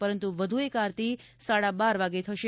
પરંતુ વધુ એક આરતી સાડા બાર વાગે થશે